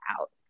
out